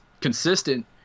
consistent